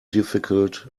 difficult